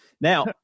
Now